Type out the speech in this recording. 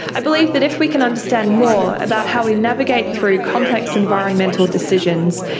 i believe that if we can understand more about how we navigate through complex environmental decisions,